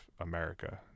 America